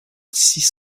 six